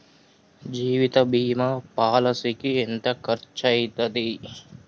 జీవిత బీమా పాలసీకి ఎంత ఖర్చయితది?